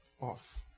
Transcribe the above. off